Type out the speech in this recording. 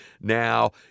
now